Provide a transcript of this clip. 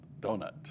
donut